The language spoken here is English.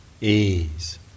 ease